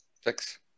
Six